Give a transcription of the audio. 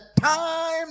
time